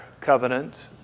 covenant